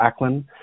Acklin